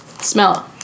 smell